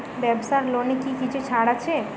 ব্যাবসার লোনে কি কিছু ছাড় আছে?